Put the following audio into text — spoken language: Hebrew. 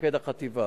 מפקד החטיבה.